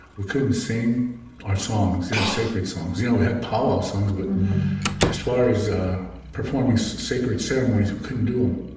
we couldn't sing our songs, you know, our sacred songs. you know, we had powwow songs, but and as far as ah performing so sacred ceremonies, we couldn't do them.